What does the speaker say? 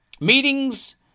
Meetings